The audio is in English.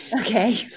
Okay